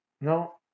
No